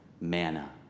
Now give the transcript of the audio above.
manna